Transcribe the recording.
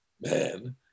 man